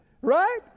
Right